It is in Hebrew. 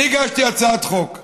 אני הגשתי הצעת חוק.